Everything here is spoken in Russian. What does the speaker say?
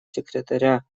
секретаря